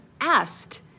asked